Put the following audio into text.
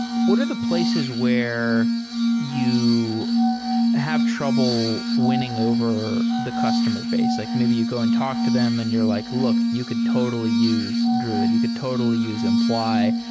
what are the places where you have trouble winning over the customer base? like maybe you go and talk to them and you're like, look, you could totally use druid. you could totally use imply,